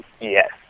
Yes